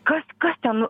kas kas ten